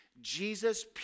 Jesus